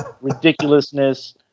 ridiculousness